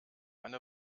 eine